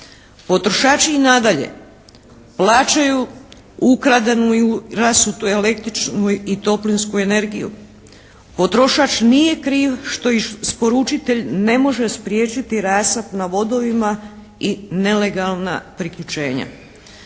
Potrošači i nadalje plaćaju ukradenu i rasutu električnu i toplinsku energiju. Potrošač nije kriv što isporučitelj ne može spriječiti rasap na vodovima i nelegalna priključenja.